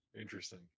Interesting